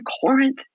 Corinth